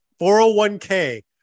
401k